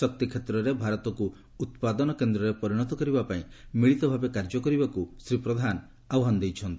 ଶକ୍ତି କ୍ଷେତ୍ରରେ ଭାରତକୁ ଉତ୍ପାଦନ କେନ୍ଦ୍ରରେ ପରିଣତ କରିବାପାଇଁ ମିଳିତ ଭାବେ କାର୍ଯ୍ୟ କରିବାକୁ ଶ୍ରୀ ପ୍ରଧାନ ଆହ୍ୱାନ ଦେଇଛନ୍ତି